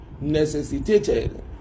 necessitated